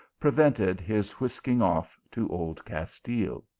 prevented his whisking off to old castile.